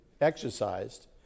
exercised